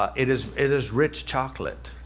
ah it is, it is rich chocolate.